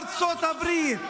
מול ארצות הברית,